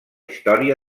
història